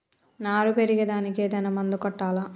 నారు పెరిగే దానికి ఏదైనా మందు కొట్టాలా?